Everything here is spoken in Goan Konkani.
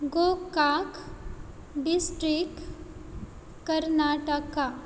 गोकाक डिस्ट्रिक्ट कर्नाटका